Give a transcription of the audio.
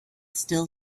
still